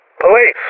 Police